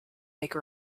make